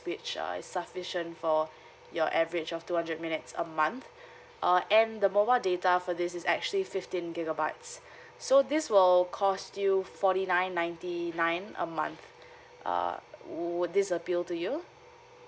which uh is sufficient for your average of two hundred minutes a month uh and the mobile data for this is actually fifteen gigabytes so this will cost you forty nine ninety nine a month uh wou~ would this appeal to you